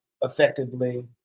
effectively